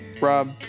rob